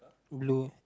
blue